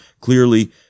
clearly